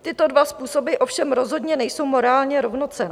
Tyto dva způsoby ovšem rozhodně nejsou morálně rovnocenné.